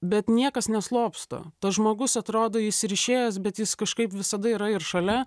bet niekas neslopsta tas žmogus atrodo jis ir išėjęs bet jis kažkaip visada yra ir šalia